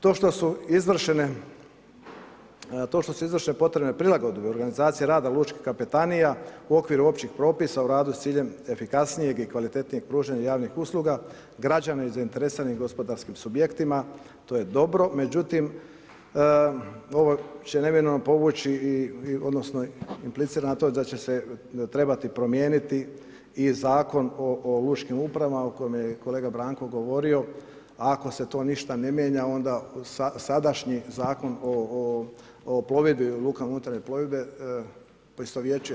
To što su izvršene potrebne prilagodbe u organizaciji rada lučkih kapetanija u okviru općih propisa u radu s ciljem efikasnijeg i kvalitetnijeg pružanje javnih usluga, građana zainteresiranih gospodarskim subjektima, to je dobro, međutim, ovo će neminovno povući i odnosno, implicira na to da će se trebati promijeniti i Zakon o lučkim upravama, o kojim je kolega Branko govorio, ako se to ništa ne mijenja, onda sadašnji Zakon o plovidbi lukama unutarnje plovidbe poistovjećuje.